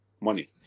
money